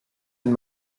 and